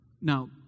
now